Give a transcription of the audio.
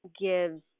gives